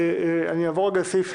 אם יש הסכמה